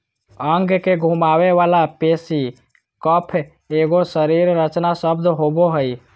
अंग के घुमावे वाला पेशी कफ एगो शरीर रचना शब्द होबो हइ